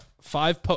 five